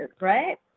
right